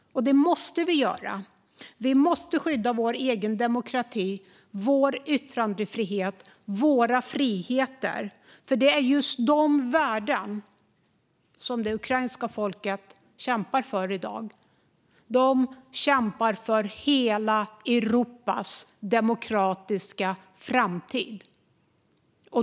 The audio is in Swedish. Det måste vi göra. Vi måste skydda vår egen demokrati, vår yttrandefrihet och våra friheter, för det är just de värdena det ukrainska folket kämpar för i dag. De kämpar för hela Europas demokratiska framtid.